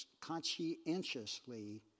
conscientiously